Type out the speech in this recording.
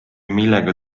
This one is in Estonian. millega